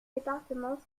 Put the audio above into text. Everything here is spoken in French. départements